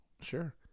Sure